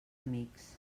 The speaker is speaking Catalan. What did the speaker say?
amics